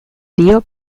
dio